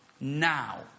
Now